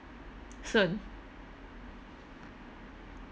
soon